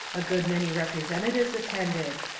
a good many representatives attended.